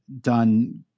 done –